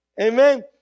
Amen